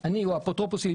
אני או האפוטרופוס שלי,